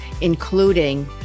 including